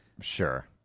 Sure